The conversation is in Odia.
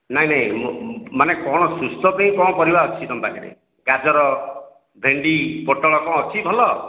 ନାହିଁ ନାହିଁ ମାନେ ସୁସ୍ଥ ପାଇଁ କ'ଣ ପରିବା ଅଛି ତମ ପାଖରେ ଗାଜର ଭେଣ୍ଡି ପୋଟଳ କ'ଣ ଅଛି ଭଲ